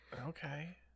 Okay